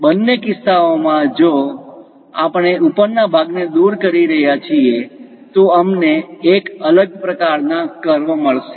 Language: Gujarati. બંને કિસ્સાઓ માં જો આપણે ઉપરના ભાગને દૂર કરી રહ્યા છીએ તો અમને એક અલગ પ્રકાર નાં કર્વ મળશે